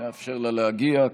נאפשר לה להגיע.